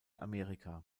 amerika